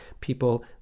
people